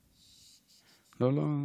לא, לא,